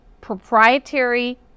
proprietary